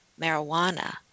marijuana